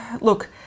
look